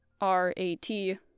R-A-T